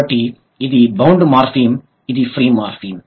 కాబట్టి ఇది bound morpheme ఇది ఫ్రీ మార్ఫిమ్